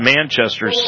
Manchester